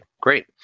great